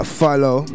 follow